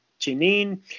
janine